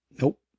Nope